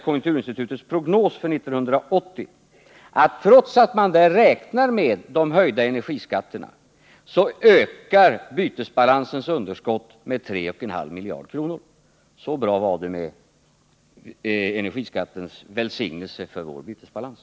Konjunkturinstitutets prognos för 1980 visar att trots att man där räknar med höjda energiskatter ökar bytesbalansens underskott med 3,5 miljarder kronor. Så bra var det med energiskattens välsignelser för vår bytesbalans.